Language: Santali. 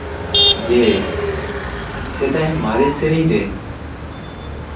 ᱡᱮ ᱥᱮᱫᱟᱭ ᱢᱟᱨᱮ ᱥᱮᱨᱮᱧ ᱨᱮ